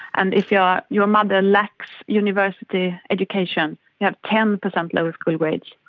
and if your your mother lacks university education you have ten percent lower school grades.